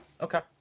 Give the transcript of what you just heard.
Okay